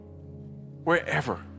wherever